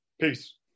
Peace